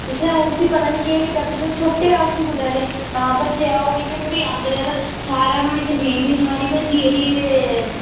तुसें उसी पता नी केह् कीता तुसें सुट्टेआ उसी कुदै ते तां भज्जेआ ओह् ते इ'यां थोह्ड़ी अंदरा दे सारा नुहाड़ी स्क्रीन बी सारी भज्जी गेदी ही ते